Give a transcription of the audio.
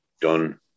done